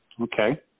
Okay